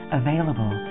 available